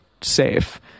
safe